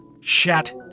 Shat